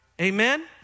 Amen